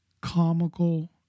comical